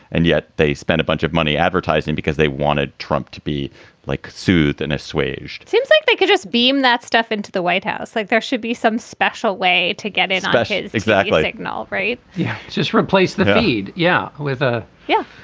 and yet they spend a bunch of money advertising because they wanted trump to be like soothe and assuaged seems like they could just beam that stuff into the white house, like there should be some special way to get a special exactly. like and all right. yeah just replace the feed. yeah. with a yeah